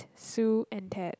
Sue and Ted